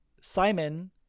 Simon